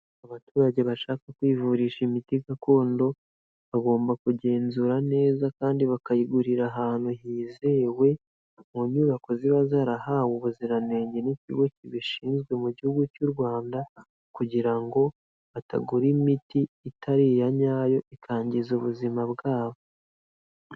Abaturage bashaka kwivurisha imiti gakondo, bagomba kugenzura neza kandi bakayigurira ahantu hizewe, mu nyubako ziba zarahawe ubuziranenge n'ikigo kibishinzwe mu gihugu cy'u Rwanda, kugira ngo batagura imiti itari iya nyayo ikangiza ubuzima bwabo.